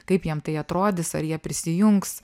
kaip jiem tai atrodys ar jie prisijungs